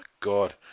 God